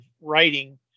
writing